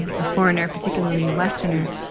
and a foreigner, particularly a westerner.